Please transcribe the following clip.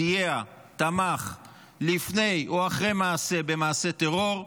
סייע, תמך, לפני או אחרי מעשה, במעשה טרור,